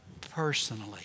personally